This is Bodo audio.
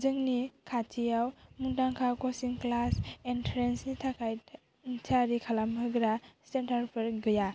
जोंनि खाथियाव मुंदांखा खसिं ख्लास इन्ट्रेस नि थाखाय इन्थियारि खालाम होग्रा सेन्टार फोर गैया